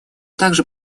также